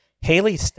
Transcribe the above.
Haley